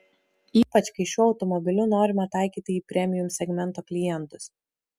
ypač kai šiuo automobiliu norima taikyti į premium segmento klientus